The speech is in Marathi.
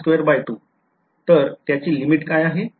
तर त्याची लिमिट काय आहे